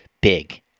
big